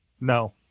No